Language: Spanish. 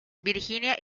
virginia